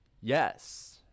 yes